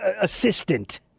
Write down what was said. assistant